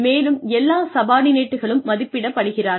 மேலும் எல்லா சப்பார்டினேட்களும் மதிப்பிடப்படுகிறார்கள்